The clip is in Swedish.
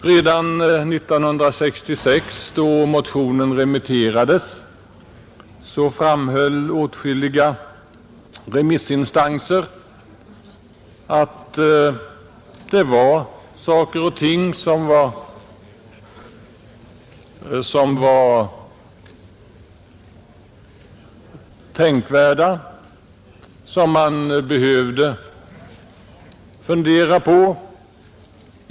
Redan då motionen 1966 remitterades för yttrande framhöll åtskilliga remissinstanser att det fanns saker och ting som var tänkvärda och som man behövde fundera på.